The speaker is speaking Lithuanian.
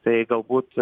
tai galbūt